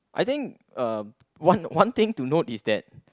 I think uh one one thing to note is that